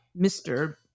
Mr